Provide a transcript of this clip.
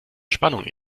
spannung